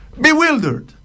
Bewildered